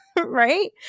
right